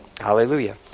Hallelujah